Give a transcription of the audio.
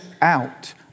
out